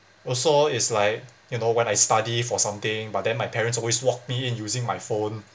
also it's like you know when I study for something but then my parents always walk me in using my phone